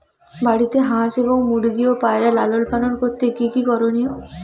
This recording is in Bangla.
বাড়িতে হাঁস এবং মুরগি ও পায়রা লালন পালন করতে কী কী করণীয়?